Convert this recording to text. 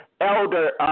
Elder